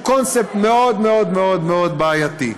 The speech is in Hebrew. קונספט מאוד מאוד מאוד מאוד בעייתי.